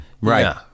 Right